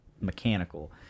mechanical